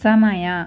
ಸಮಯ